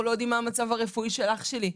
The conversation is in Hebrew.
אנחנו לא יודעים מה המצב הרפואי של אח שלי,